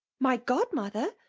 my godmother?